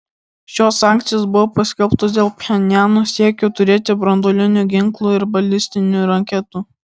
šios sankcijos buvo paskelbtos dėl pchenjano siekio turėti branduolinių ginklų ir balistinių raketų